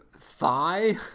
thigh